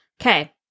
Okay